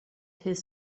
his